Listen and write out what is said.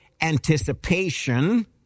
anticipation